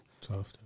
Tough